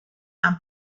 and